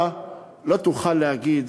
אתה לא תוכל להגיד: